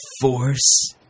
force